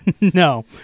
No